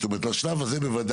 זאת אומרת לשלב הזה בוודאי.